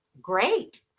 Great